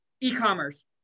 e-commerce